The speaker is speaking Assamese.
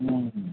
অঁ